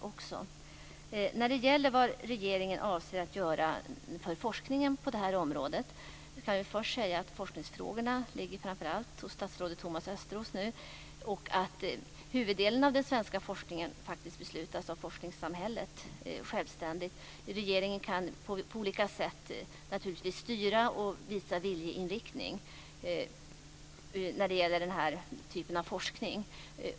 Det ställdes en fråga om vad regeringen avser att göra för forskningen på området. Forskningsfrågorna ligger nu framför allt hos statsrådet Thomas Östros. Huvuddelen av den svenska forskningen beslutas självständigt av forskningssamhället. Men regeringen kan på olika sätt styra och visa viljeinriktning när det gäller den typen av forskning.